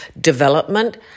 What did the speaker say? development